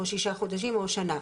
שישה חודשים או שנה.